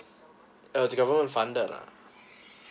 uh the government funded lah